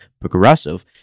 progressive